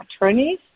attorneys